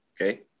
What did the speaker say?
Okay